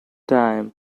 time